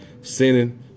sinning